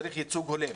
צריך ייצוג הולם.